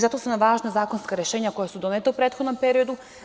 Zato su nam važna zakonska rešenja koja su doneta u prethodnom periodu.